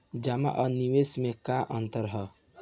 जमा आ निवेश में का अंतर ह?